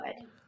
good